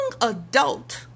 adult